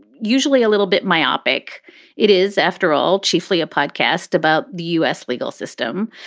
usually a little bit myopic it is, after all, chiefly a podcast about the u s. legal system.